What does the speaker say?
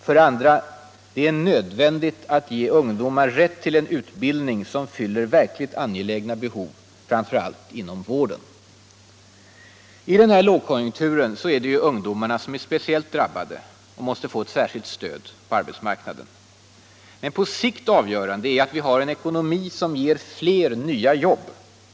För det andra: det är nödvändigt att ge ungdomar rätt till en utbildning som fyller verkligt angelägna behov, framför allt inom vården. I den här lågkonjunkturen är ungdomarna speciellt drabbade och måste få särskilt stöd på arbetsmarknaden. Men det på sikt avgörande är att vi har en ekonomi som ger fler nya jobb.